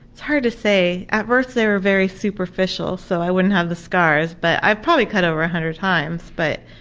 it's hard to say. at first they were very superficial so i wouldn't have the scars, but i've probably cut over a hundred times. but